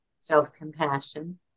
self-compassion